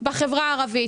בחברה הערבית.